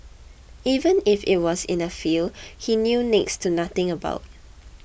even if it was in a field he knew next to nothing about